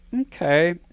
okay